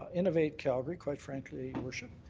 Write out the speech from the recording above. ah innovate calgary, quite frankly, worship,